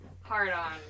hard-on